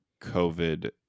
COVID